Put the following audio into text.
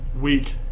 week